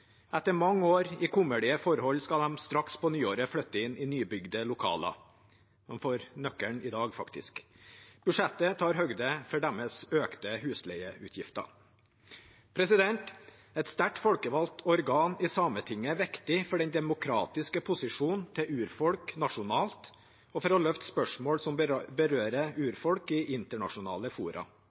Etter mange år i kummerlige forhold skal de straks, på nyåret, flytte inn i nybygde lokaler. De får nøkkelen i dag, faktisk. Budsjettet tar høyde for deres økte husleieutgifter. Et sterkt folkevalgt organ i Sametinget er viktig for den demokratiske posisjonen til urfolk nasjonalt og for å løfte spørsmål som berører urfolk, i internasjonale fora.